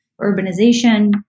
urbanization